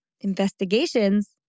Investigations